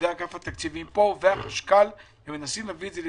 ואגף התקציבים של משרד האוצר והחשכ"ל,